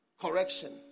correction